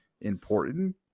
Important